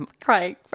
crying